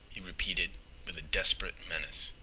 he repeated with desperate menace.